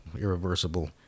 irreversible